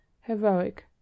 heroic